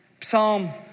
Psalm